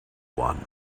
one